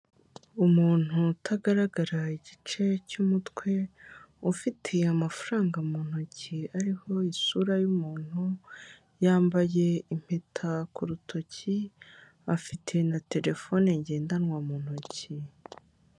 Umuntu utagaragara igice cy'umutwe, ufite amafaranga mu ntoki ariho isura y'umuntu, yambaye impeta ku rutoki, afite na telefone ngendanwa mu ntoki.